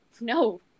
no